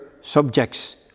subjects